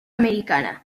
americana